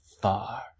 far